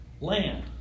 land